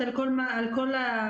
אפילו בתשלום?